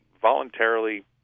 voluntarily